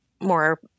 more